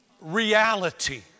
reality